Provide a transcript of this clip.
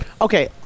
Okay